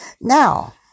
Now